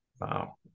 Wow